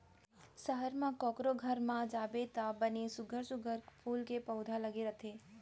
सहर म कोकरो घर म जाबे त बने सुग्घर सुघ्घर फूल के पउधा लगे रथे